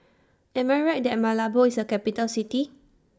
Am I Right that Malabo IS A Capital City